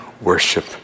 worship